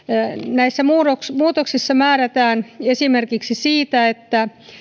näissä muutoksissa määrätään esimerkiksi siitä että